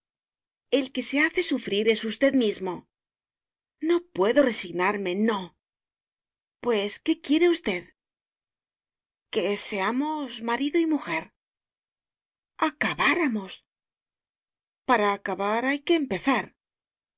el que se hace sufrir es usted mismo no puedo resignarme no pues qué quiere usted que seamos marido y mujer acabáramos para acabar hay que empezar